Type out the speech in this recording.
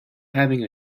having